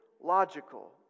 logical